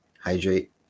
Hydrate